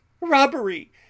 robbery